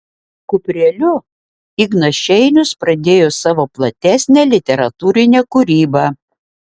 kupreliu ignas šeinius pradėjo savo platesnę literatūrinę kūrybą